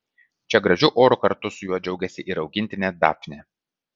čia gražiu oru kartu su juo džiaugiasi ir augintinė dafnė